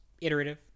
iterative